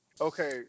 Okay